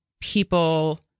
people